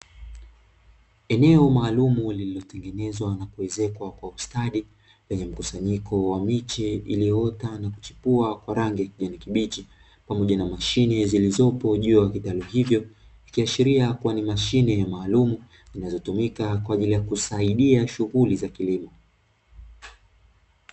Eneo maalum lililotengenezwa na kuwezekwa kwa ustadi wenye mkusanyiko wa miche iliyoota na kuchukua kwa rangi kwenye kibichi, pamoja na mashine zilizopo juu ya kitani hivyo kiashiria kuwa ni mashine ya maalumu zinazotumika kwa ajili ya kusaidia shughuli za kilimo.